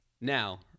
Now